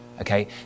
okay